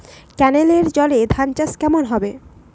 কেনেলের জলে ধানচাষ কেমন হবে?